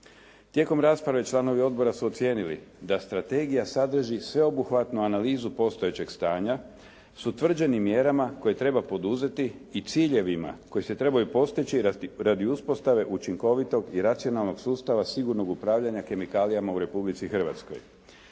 Tijekom rasprave članovi odbora su ocijenili da strategija sadrži sveobuhvatnu analizu postojećeg stanja sa utvrđenim mjerama koje treba poduzeti i ciljevima koji se trebaju postići radi uspostave učinkovitog i racionalnog sustava sigurnog upravljanja kemikalijama u Republici Hrvatskoj.